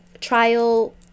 Trial